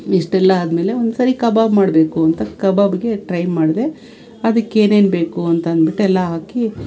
ಇಷ್ಟೆಲ್ಲ ಆದಮೇಲೆ ಒಂದುಸರಿ ಕಬಾಬ್ ಮಾಡಬೇಕು ಅಂತ ಕಬಾಬ್ಗೆ ಟ್ರೈ ಮಾಡಿದೆ ಅದಕ್ಕೇನೇನು ಬೇಕು ಅಂತಂದ್ಬಿಟ್ಟು ಎಲ್ಲ ಹಾಕಿ